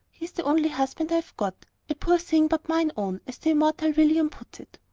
he's the only husband i've got a poor thing, but mine own as the immortal william puts it.